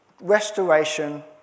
restoration